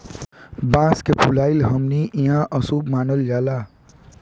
बांस के फुलाइल हमनी के इहां अशुभ मानल जाला